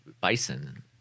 bison